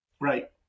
right